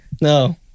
No